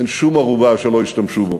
אין שום ערובה שלא ישתמשו בו.